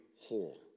whole